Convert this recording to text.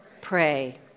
Pray